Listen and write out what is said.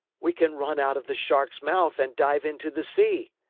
we can run out of the shark's mouth and dive into the sea.